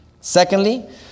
Secondly